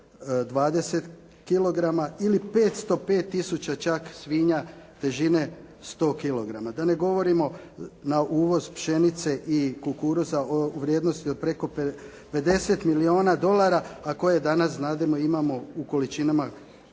ili 505 tisuća čak svinja težine 100 kilograma. Da ne govorimo na uvoz pšenice i kukuruza u vrijednosti od preko 50 milijona dolara, a koje danas znademo i imamo u količinama